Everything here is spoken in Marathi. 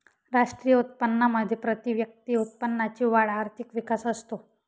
राष्ट्रीय उत्पन्नामध्ये प्रतिव्यक्ती उत्पन्नाची वाढ आर्थिक विकास असतो